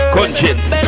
Conscience